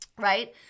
right